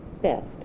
best